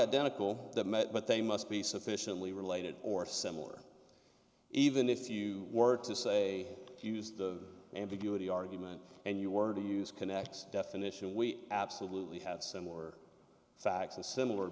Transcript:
identical met but they must be sufficiently related or similar even if you were to say to use the ambiguity argument and you were to use connex definition we absolutely had similar facts and similar